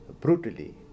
brutally